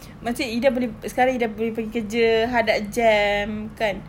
macam ida boleh sekarang ida boleh pergi kerja hadap jam kan